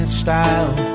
style